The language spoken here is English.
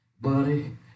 buddy